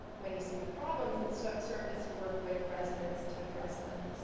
when you see the problems that so surface, you work with residents to address them.